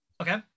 Okay